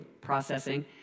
processing